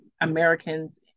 Americans